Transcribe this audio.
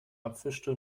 abwischte